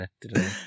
today